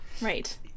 Right